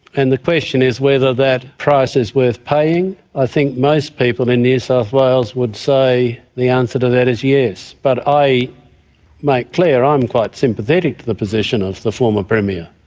and the question is whether that price is worth paying. i think most people in new south wales would say the answer to that is yes. but i make clear, i'm quite sympathetic to the position of the former premier.